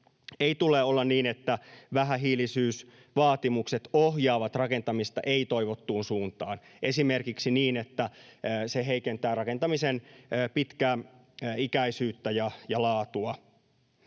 Ei tule olla niin, että vähähiilisyysvaatimukset ohjaavat rakentamista ei-toivottuun suuntaan esimerkiksi niin, että se heikentää rakentamisen pitkäikäisyyttä ja laatua.